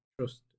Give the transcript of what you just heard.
trust